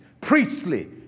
Priestly